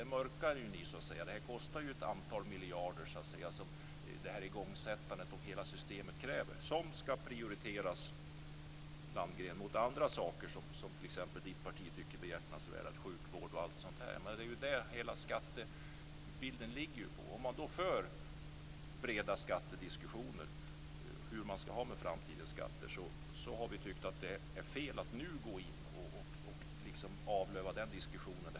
Igångsättandet av hela systemet kostar ett antal miljarder. Det skall prioriteras mot andra saker som t.ex. Per Landgrens parti tycker är behjärtansvärda - sjukvård osv. Hela skattebilden gäller detta. Breda diskussioner om framtidens skatter ger vid handen att det är fel att nu gå in och avlöva diskussionen.